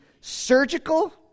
surgical